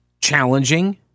challenging